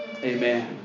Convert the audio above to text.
Amen